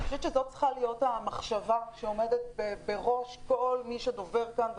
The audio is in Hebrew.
אני חושבת שזאת צריכה להיות המחשבה שעומדת בראש כל מי שדובר כאן.